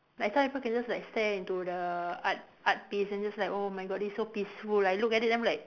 like some people can like just stare into the art art piece and just like oh my god this is so peaceful I look it then I'm like